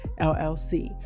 LLC